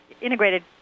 integrated